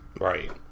Right